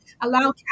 allow